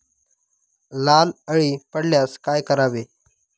लाल अळी पडल्यास काय करावे?